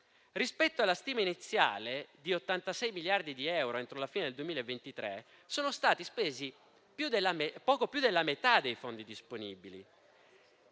Rispetto alla stima iniziale di 86 miliardi di euro entro la fine del 2023 è stato speso poco più della metà dei fondi disponibili.